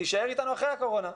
תישאר איתנו אחרי הקורונה,